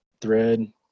thread